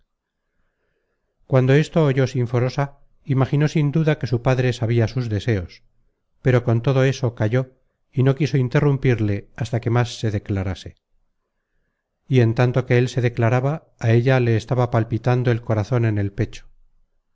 cuando esto oyó sinforosa imaginó sin duda que su padre sabia sus deseos pero con todo eso calló y no quiso interrumpirle hasta que más se declarase y en tanto que él se declaraba á ella le estaba palpitando el corazon en el pecho